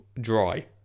dry